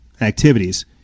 activities